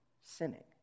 sinning